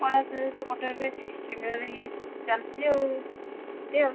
ଆପଣ ସେ ଚାଲିଛି ଆଉ